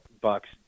bucks